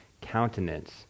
countenance